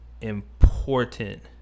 important